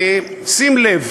שים לב,